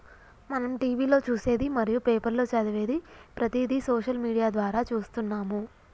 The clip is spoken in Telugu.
మనం టీవీలో చూసేది మరియు పేపర్లో చదివేది ప్రతిదీ సోషల్ మీడియా ద్వారా చూస్తున్నాము